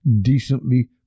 decently